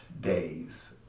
days